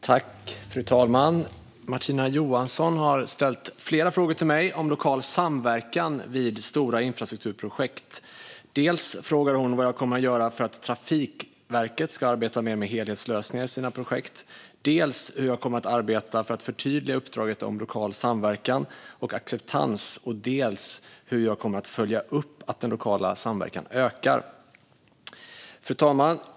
Fru talman! Martina Johansson har ställt flera frågor till mig om lokal samverkan vid stora infrastrukturprojekt. Dels frågar hon vad jag kommer att göra för att Trafikverket ska arbeta mer med helhetslösningar i sina projekt, dels hur jag kommer att arbeta för att förtydliga uppdraget om lokal samverkan och acceptans och dels hur jag kommer att följa upp att den lokala samverkan ökar. Fru talman!